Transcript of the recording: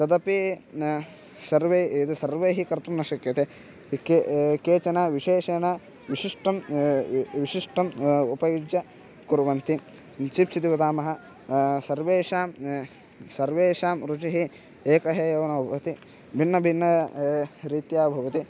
तदपि न सर्वे एतद् सर्वैः कर्तुं न शक्यते के केचन विशेषेणं विशिष्टं विशिष्टम् उपयुज्य कुर्वन्ति चिप्स् इति वदामः सर्वेषां सर्वेषां रुचिः एका एव न भवति भिन्नं भिन्नं रीत्या भवति